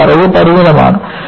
പക്ഷേ അറിവ് പരിമിതമാണ്